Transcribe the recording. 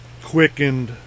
quickened